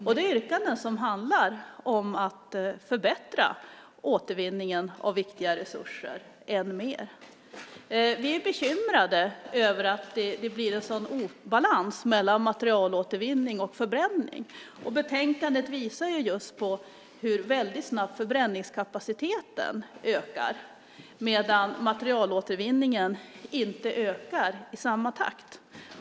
Det är yrkanden som handlar om att förbättra återvinningen av viktiga resurser än mer. Vi är bekymrade över att det blir en sådan obalans mellan materialåtervinning och förbränning. Betänkandet visar just på hur väldigt snabbt förbränningskapaciteten ökar, medan materialåtervinningen inte ökar i samma takt.